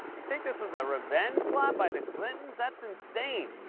you think this was a revenge plot by the clintons? that's insane.